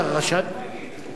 אתה רשאי,